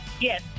Yes